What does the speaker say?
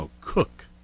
Cook